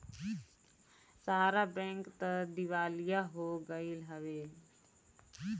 सहारा bank तअ दिवालिया हो गईल हवे